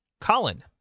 Colin